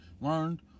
learned